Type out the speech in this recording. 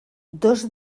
dos